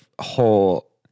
whole